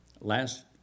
last